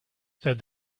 said